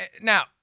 Now